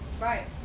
Right